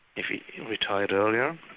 if we retired earlier,